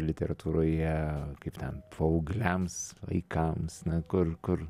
literatūroje kaip ten paaugliams vaikams na kur kur